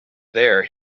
there